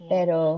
Pero